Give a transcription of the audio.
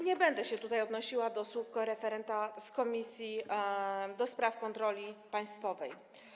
Nie będę się odnosiła do słów koreferenta z Komisji do Spraw Kontroli Państwowej.